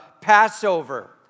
Passover